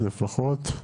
לפחות,